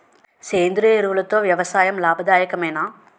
సేంద్రీయ ఎరువులతో వ్యవసాయం లాభదాయకమేనా?